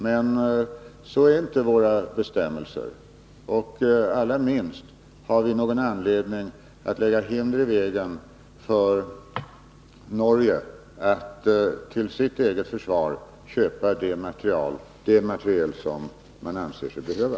Men så är inte våra bestämmelser utformade, och allra minst har vi någon anledning att lägga hinder i vägen för Norge att till sitt eget försvar köpa den materiel som man anser sig behöva.